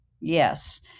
Yes